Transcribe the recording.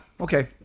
okay